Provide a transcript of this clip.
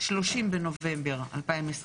30 בנובמבר 2021,